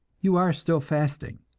you are still fasting,